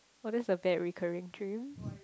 !wah! that's the bad recurring dream